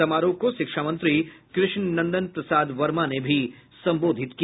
समारोह को शिक्षा मंत्री कृष्णनंदन प्रसाद वर्मा ने भी संबोधित किया